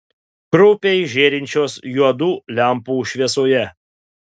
kraupiai žėrinčios juodų lempų šviesoje